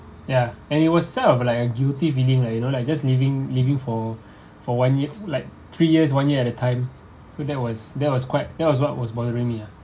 yeah and it was sort of like a guilty feeling lah you know like just leaving leaving for for one year like three years one year at a time so that was that was quite that was what was bothering me ah